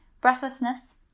breathlessness